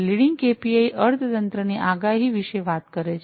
leading KPI અર્થતંત્રની આગાહી આગાહી વિશે વાત કરે છે